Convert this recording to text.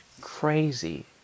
Crazy